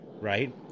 right